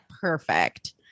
perfect